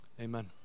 Amen